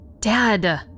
Dad